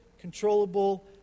controllable